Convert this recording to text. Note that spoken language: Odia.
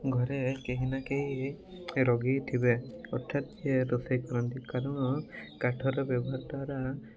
ଘରେ କେହି ନା କେହି ରୋଗୀ ଥିବେ ଅର୍ଥାତ୍ ସେ ରୋଷେଇ କରନ୍ତି କାରଣ କାଠର ବ୍ୟବହାର ଦ୍ୱାରା